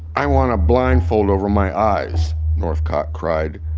i want a blindfold over my eyes, northcott cried.